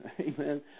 amen